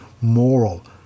moral